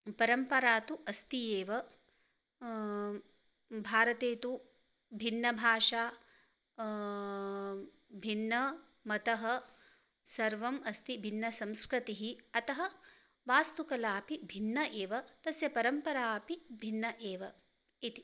परम्परा तु अस्ति एव भारते तु भिन्नभाषा भिन्नं मतं सर्वम् अस्ति भिन्नसंस्कृतिः अतः वास्तुकलापि भिन्न एव तस्य परम्परा अपि भिन्न एव इति